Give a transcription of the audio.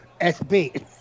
SB